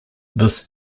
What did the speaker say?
this